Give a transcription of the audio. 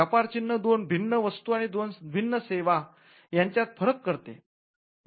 व्यापार चिन्ह दोन भिन्न वस्तू आणि भिन्न सेवा यांच्यात फरक करते